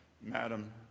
Madam